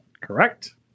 Correct